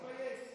תתבייש.